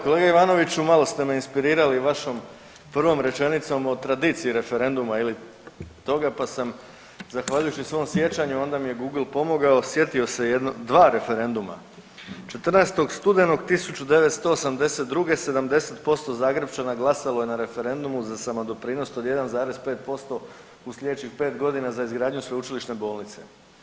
Kolega Ivanoviću, malo ste me inspirirali vašom prvom rečenicom o tradiciji referenduma ili toga, pa sam zahvaljujući svom sjećanju, onda mi je Google pomogao sjetio se dva referenduma, 14. studenog 1982. 70% Zagrepčana glasalo je na referendumu za samodoprinos od 1,5% u slijedećih 5.g. za izgradnju sveučilišne bolnice.